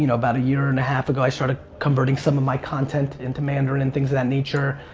you know about a year and a half ago, i started converting some of my content into mandarin and things of that nature.